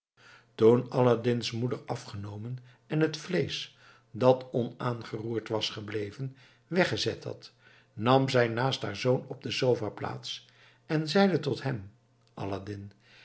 toen aladdin's moeder afgenomen en het vleesch dat onaangeroerd was gebleven weggezet had nam zij naast haar zoon op de sofa plaats en zeide tot hem aladdin